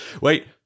Wait